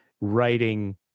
writing